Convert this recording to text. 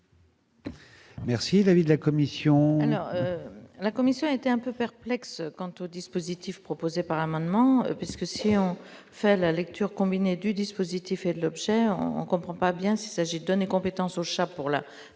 Merci l'avis de la commission.